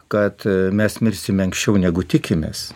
kad mes mirsime anksčiau negu tikimės